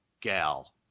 gal